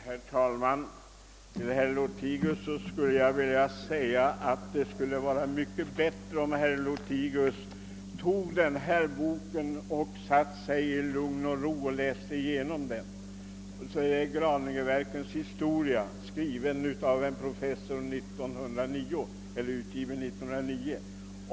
Herr talman! Till herr Lothigius skulle jag vilja säga att det vore bättre om han toge den här boken och satte sig att läsa i lugn och ro. Det är Graningeverkens historia, skriven av en professor och utgiven år 1909.